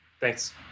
Thanks